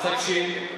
אז תקשיב,